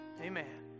Amen